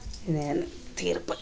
ಇದೇನ ತೀರ್ಪು